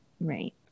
Right